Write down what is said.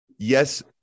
Yes